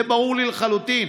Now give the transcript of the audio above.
זה ברור לי לחלוטין.